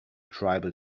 tribal